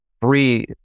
breathe